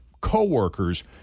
coworkers